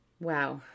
Wow